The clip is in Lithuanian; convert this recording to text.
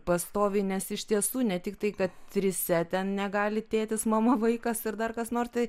pastoviai nes iš tiesų ne tik tai kad trise ten negali tėtis mama vaikas ir dar kas nors tai